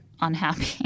unhappy